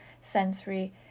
Sensory